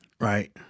right